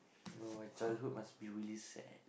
!aiyo! my childhood must be really sad